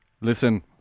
Listen